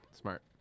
Smart